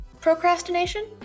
procrastination